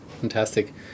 Fantastic